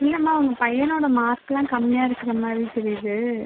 இல்லைம்மா உங்கள் பையனோடயா மார்க்லாம் கம்மியாக இருக்கிற மாதிரி தெரியுது